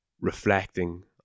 reflecting